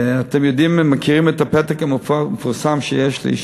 ואתם יודעים, מכירים את הפתק המפורסם שיש לי.